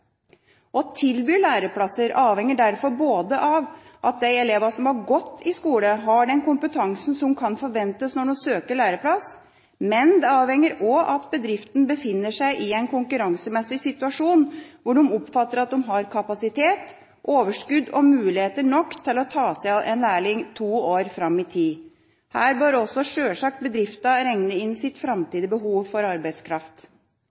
Å tilby læreplasser avhenger derfor både av at de elevene som har gått i skole, har den kompetansen som kan forventes når de søker læreplass, men det avhenger også av at bedriftene befinner seg i en konkurransemessig situasjon hvor de oppfatter at de har kapasitet, overskudd og muligheter nok til å ta seg av en lærling to år fram i tid. Her bør også selvfølgelig bedriftene regne inn sitt framtidige behov for arbeidskraft.